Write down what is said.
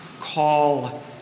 call